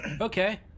okay